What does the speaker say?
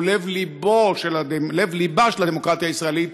שהוא לב-לבה של הדמוקרטיה הישראלית,